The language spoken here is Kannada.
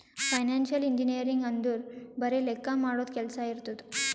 ಫೈನಾನ್ಸಿಯಲ್ ಇಂಜಿನಿಯರಿಂಗ್ ಅಂದುರ್ ಬರೆ ಲೆಕ್ಕಾ ಮಾಡದು ಕೆಲ್ಸಾ ಇರ್ತುದ್